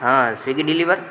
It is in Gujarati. હ સ્વીગી ડિલીવર